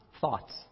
thoughts